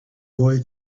boy